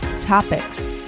topics